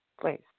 Please